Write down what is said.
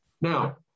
Now